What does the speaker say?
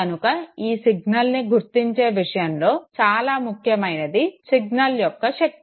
కనుక ఈ సిగ్నల్ని గుర్తించే విషయంలో చాలా ముఖ్యమైనది సిగ్నల్ యొక్క శక్తి